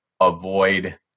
avoid